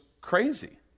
crazy